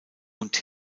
und